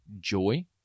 joy